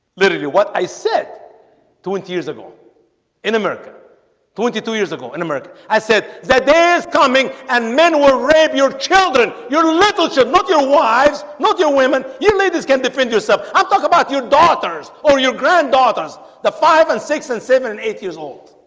literally what i said twenty years ago in america twenty two years ago in america i said that day is coming and men will rape your children your little shit look your wives. not your women you made this can defend yourself i'll talk about your daughters or your granddaughters the five and six and seven and eight years old